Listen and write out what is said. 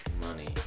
money